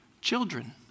Children